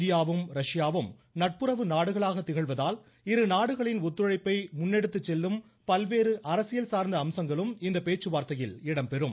இந்தியாவும் ரஷ்யாவும் நட்புறவு நாடுகளாக திகழ்வதால் இருநாடுகளின் ஒத்துழைப்பை முன்னெடுத்துச் செல்லும் பல்வேறு அரசியல் சார்ந்த அம்சங்களும் இந்த பேச்சு வார்த்தைகளில் இடம்பெறும்